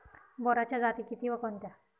बोराच्या जाती किती व कोणत्या?